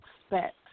expect